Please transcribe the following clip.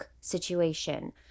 situation